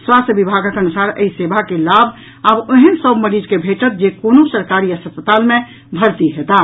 स्वास्थ्य विभागक अनुसार एहि सेवा के लाभ आब ओहेन सभ मरीज के भेटत जे कोनो सरकारी अस्पताल मे भर्ती हेताह